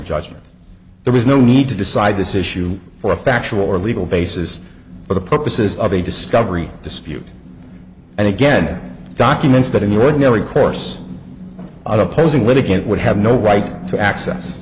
judgment there was no need to decide this issue for a factual or legal basis for the purposes of a discovery dispute and again documents that in the ordinary course of opposing litigant would have no right to access